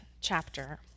chapter